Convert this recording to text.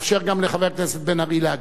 אאפשר גם לחבר הכנסת בן-ארי להגיב.